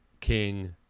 King